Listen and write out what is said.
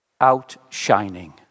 Outshining